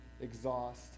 exhaust